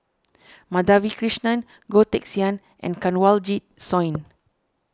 Madhavi Krishnan Goh Teck Sian and Kanwaljit Soin